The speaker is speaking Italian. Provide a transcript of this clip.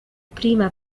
prima